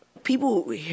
people